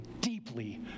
deeply